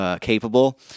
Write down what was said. capable